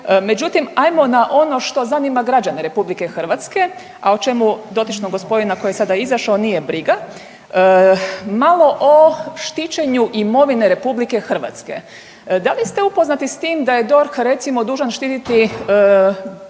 Međutim, ajmo na ono što zanima građane RH, a o čemu dotičnog gospodina koji je sada izašao nije briga. Malo o štićenju imovine RH. Da li ste upoznati s tim da je DORH recimo dužan štititi